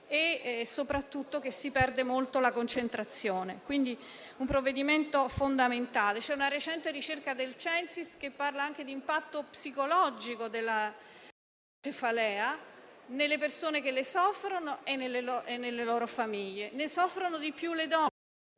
e soprattutto che si perde molto la concentrazione. Per questo si tratta di un provvedimento fondamentale. C'è una recente ricerca del Censis che parla anche di impatto psicologico della cefalea, nelle persone che ne soffrono e nelle loro famiglie. Ne soffrono di più le donne